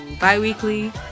bi-weekly